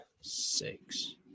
six